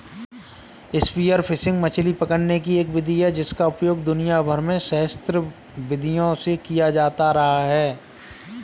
spear fishing मछली पकड़ने की एक विधि है जिसका उपयोग दुनिया भर में सहस्राब्दियों से किया जाता रहा है